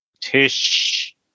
Tish